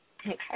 Okay